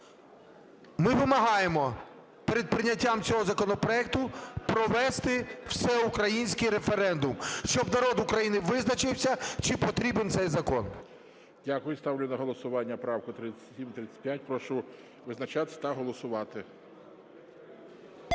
Ми вимагаємо перед прийняттям цього законопроекту провести всеукраїнський референдум, щоб народ України визначився, чи потрібен цей закон. ГОЛОВУЮЧИЙ. Дякую. Ставлю на голосування правку 3735. Прошу визначатися та голосувати.